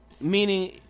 Meaning